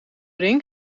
ring